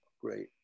great